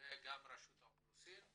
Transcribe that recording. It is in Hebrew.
וגם רשות האוכלוסין,